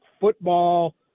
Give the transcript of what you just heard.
football